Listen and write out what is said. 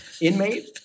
inmate